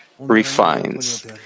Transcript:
refines